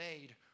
made